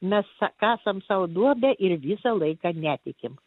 mes kasam sau duobę ir visą laiką netikim